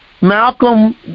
Malcolm